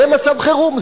זה מצב חירום,